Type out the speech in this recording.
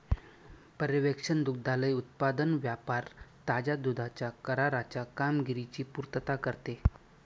पर्यवेक्षण दुग्धालय उत्पादन व्यापार ताज्या दुधाच्या कराराच्या कामगिरीची पुर्तता करते